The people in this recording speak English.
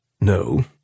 No